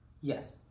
Yes